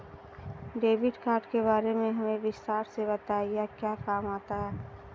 Debit card के बारे में हमें विस्तार से बताएं यह क्या काम आता है?